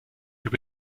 über